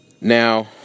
Now